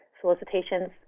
solicitations